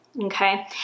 Okay